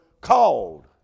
called